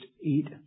eat